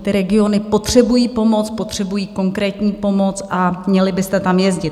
Ty regiony potřebují pomoc, potřebují konkrétní pomoc, a měli byste tam jezdit.